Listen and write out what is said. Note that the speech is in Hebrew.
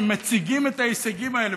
שמציגים את ההישגים האלה,